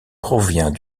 provient